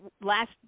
last